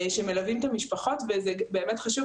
שמלווים את המשפחות וזה באמת חשוב,